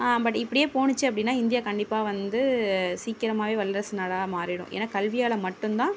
but இப்படியே போனுச்சு அப்படினா இந்தியா கண்டிப்பாக வந்து சீக்கிரமாகவே வல்லரசு நாடாக மாறிவிடும் ஏன்னா கல்வியால் மட்டும் தான்